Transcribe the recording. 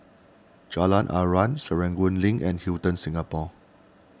Jalan Aruan Serangoon Link and Hilton Singapore